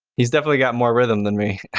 he's definitely got more rhythm than me.